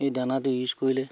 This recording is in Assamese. এই দানাটো ইউজ কৰিলে